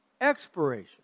Expiration